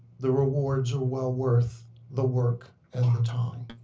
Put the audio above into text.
the rewards are well worth the work and the time.